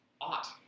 Ought